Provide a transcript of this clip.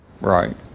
Right